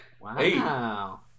Wow